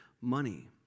money